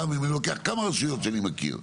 אם אני לוקח כמה רשויות שאני מכיר.